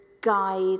guide